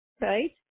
right